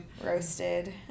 Roasted